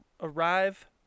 arrive